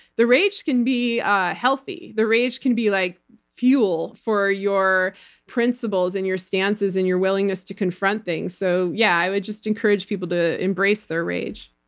the rage can be healthy. the rage can be like fuel for your principles and your stances and your willingness to confront things. so yeah, i would just encourage people to embrace their rage.